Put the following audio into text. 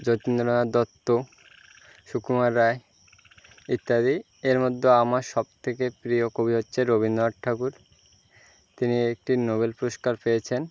যতীন্দ্রনাথ দত্ত সুকুমার রায় ইত্যাদি এর মধ্যেও আমার সব থেকে প্রিয় কবি হচ্ছে রবীন্দ্রনাথ ঠাকুর তিনি একটি নোবেল পুরস্কার পেয়েছেন